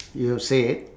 you've said